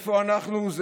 איפה אנחנו?